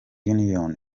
union